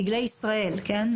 דגלי ישראל, כן?